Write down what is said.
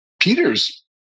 peter's